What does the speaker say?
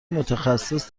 متخصص